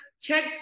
check